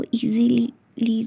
easily